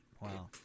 Wow